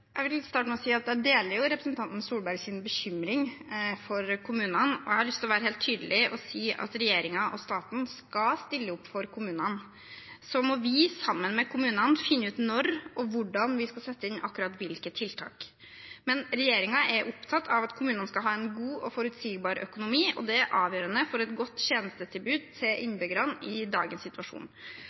Jeg vil starte med å si at jeg deler representanten Tvedt Solbergs bekymring for kommunene, og jeg har lyst til å være helt tydelig og si at regjeringen og staten skal stille opp for kommunene. Så må vi, sammen med kommunene, finne ut når og hvordan vi skal sette inn akkurat hvilke tiltak. Men regjeringen er opptatt av at kommunene skal ha en god og forutsigbar økonomi, og det er avgjørende for et godt tjenestetilbud til innbyggerne i dagens situasjon.